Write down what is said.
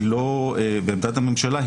עמדת הממשלה,